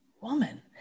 Woman